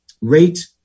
rate